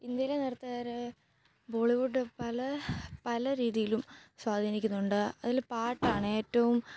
ഇന്ത്യയിലെ നർത്തകരെ ബോളിവുഡ് പല പല രീതിയിലും സ്വാധീനിക്കുന്നുണ്ട് അതില് പാട്ടാണ് ഏറ്റവും